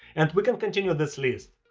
and we can continue this list.